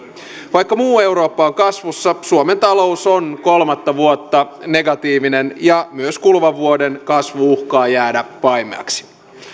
vaikka muu eurooppa on kasvussa suomen talous on kolmatta vuotta negatiivinen ja myös kuluvan vuoden kasvu uhkaa jäädä vaimeaksi